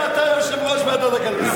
שאתה יושב-ראש ועדת הכלכלה.